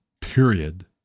Period